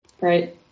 Right